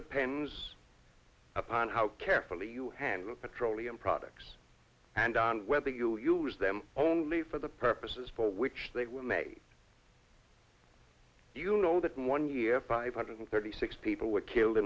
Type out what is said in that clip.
depends upon how carefully you handle petroleum products and on whether you use them only for the purposes for which they were made you know that in one year five hundred thirty six people were killed